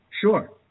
Sure